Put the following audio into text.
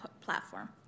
platform